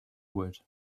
would